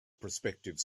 prospective